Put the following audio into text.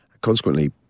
Consequently